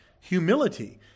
humility